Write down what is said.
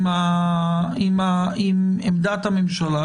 עמדת הממשלה.